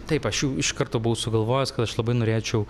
taip aš jau iš karto buvau sugalvojęs kad aš labai norėčiau